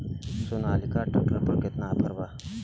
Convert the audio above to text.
Sonalika tractor पर केतना offer बा?